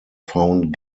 found